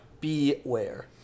beware